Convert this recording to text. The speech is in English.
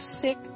sick